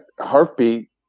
heartbeat